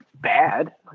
bad